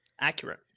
Accurate